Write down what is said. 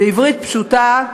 בעברית פשוטה,